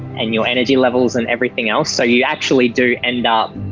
and your energy levels and everything else. so you actually do end up,